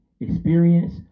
experience